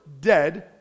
dead